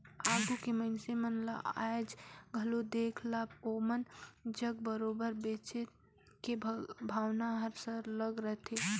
आघु के मइनसे मन ल आएज घलो देख ला ओमन जग बरोबेर बचेत के भावना हर सरलग रहथे